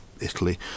Italy